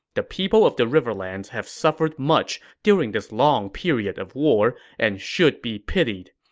the people of the riverlands have suffered much during this long period of war and should be pitied.